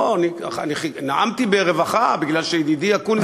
לא, נאמתי ברווחה מפני שידידי אקוניס לא היה.